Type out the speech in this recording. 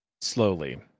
slowly